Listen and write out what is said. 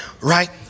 Right